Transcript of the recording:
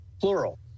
plural